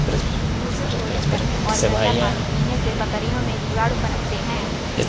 दूषित भोजन करने और गंदा पानी पीने से बकरियों में जीवाणु पनपते हैं